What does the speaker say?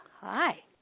Hi